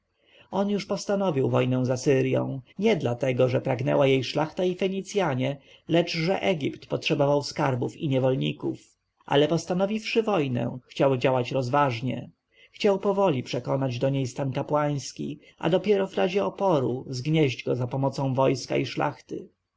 już postanowił wojnę z asyrją nie dlatego że pragnęła jej szlachta i fenicjanie lecz że egipt potrzebował skarbów i niewolników ale postanowiwszy wojnę chciał działać rozważnie chciał powoli przekonać do niej stan kapłański a dopiero w razie oporu zgnieść go zapomocą wojska i szlachty